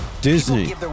Disney